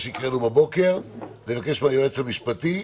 אבקש מהיועץ המשפטי,